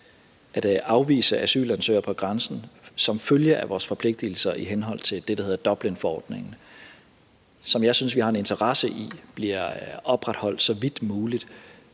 at afvise asylansøgere på grænsen som følge af vores forpligtelser i henhold til det, der hedder Dublinforordningen, som jeg synes vi har en interesse i bliver opretholdt så vidt muligt,